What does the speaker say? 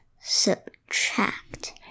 Subtract